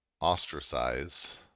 ostracize